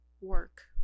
work